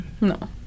No